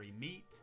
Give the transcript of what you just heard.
meet